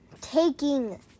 Taking